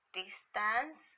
distance